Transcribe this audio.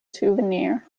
souvenir